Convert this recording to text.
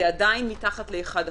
זה עדיין מתחת ל-1%,